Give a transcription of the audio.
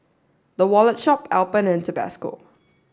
the Wallet Shop Alpen and Tabasco